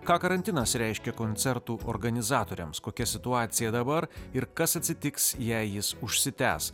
ką karantinas reiškia koncertų organizatoriams kokia situacija dabar ir kas atsitiks jei jis užsitęs